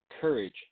courage